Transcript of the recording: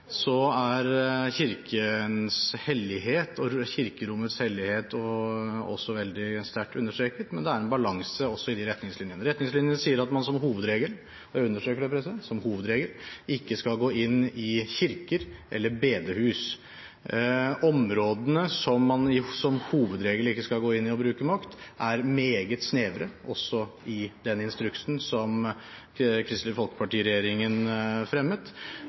er Kirkens hellighet og kirkerommets hellighet også veldig sterkt understreket, men det er en balanse også i de retningslinjene. Retningslinjene sier at man som hovedregel – jeg understreker det: som hovedregel – ikke skal gå inn i kirker eller bedehus. Områdene som man som hovedregel ikke skal gå inn i og bruke makt, er meget snevre – også i denne instruksen som Kristelig Folkeparti-regjeringen fremmet.